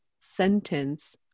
sentence